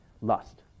lust